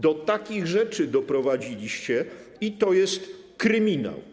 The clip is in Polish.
Do takich rzeczy doprowadziliście, i to jest kryminał.